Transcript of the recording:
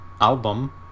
album